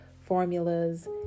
formulas